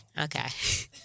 Okay